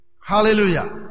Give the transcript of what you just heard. Hallelujah